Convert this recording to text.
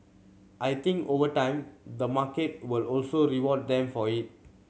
I think over time the market will also reward them for it